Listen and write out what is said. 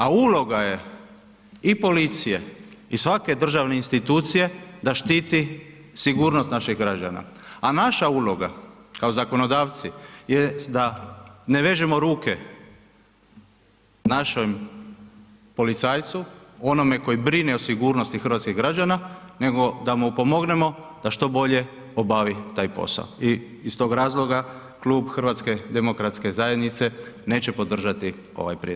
A uloga je i policije i svake državne institucije da štiti sigurnost naših građana a naša uloga kao zakonodavci je da ne vežemo uloge našem policajcu, onome koji brine o sigurnosti hrvatskih građana nego da mu pomognemo da što bolje obavi taj posao i iz tog razloga, Klub HDZ-a neće podržati ovaj